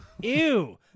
Ew